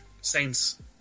saints